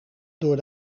door